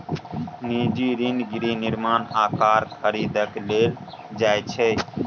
निजी ऋण गृह निर्माण आ कार खरीदै लेल लेल जाइ छै